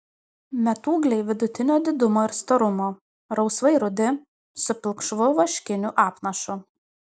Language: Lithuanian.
metūgliai vidutinio didumo ir storumo rausvai rudi su pilkšvu vaškiniu apnašu